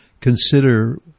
consider